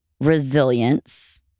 resilience